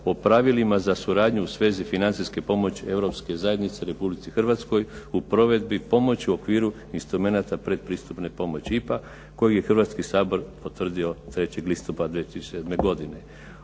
o pravilima za suradnju u svezi financijske pomoći Europske zajednice Republici Hrvatskoj u provedbi pomoći u okviru instrumenata predpristupne pomoći IPA koju je Hrvatski sabor potvrdio 3. listopada 2007. godine.